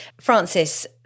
francis